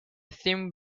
thin